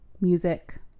music